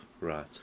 right